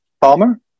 Palmer